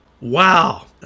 Wow